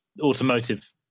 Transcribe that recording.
automotive